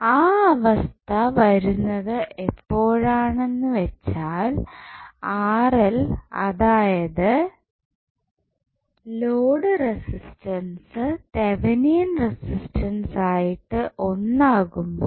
ആ അവസ്ഥ വരുന്നത് എപ്പോഴാണ് എന്നുവെച്ചാൽ അതായത് ലോഡ് റെസിസ്റ്റൻസ് തെവനിയൻ റെസിസ്റ്റൻസ് ആയിട്ട് ഒന്നാകുമ്പോൾ